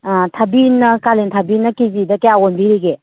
ꯑꯥ ꯊꯕꯤꯅ ꯀꯥꯂꯦꯟ ꯊꯕꯤꯅ ꯀꯦ ꯖꯤꯗ ꯀꯌꯥ ꯑꯣꯟꯕꯤꯔꯤꯒꯦ